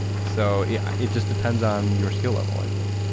so, yeah it just depends on your skill level i think